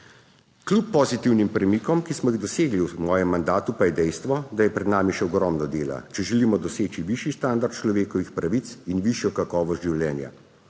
Kljub pozitivnim premikom, ki smo jih dosegli v mojem mandatu, pa je dejstvo, da je pred nami še ogromno dela, če želimo doseči višji standard človekovih pravic in višjo kakovost življenja.